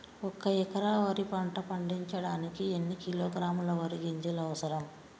ఒక్క ఎకరా వరి పంట పండించడానికి ఎన్ని కిలోగ్రాముల వరి గింజలు అవసరం?